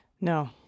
No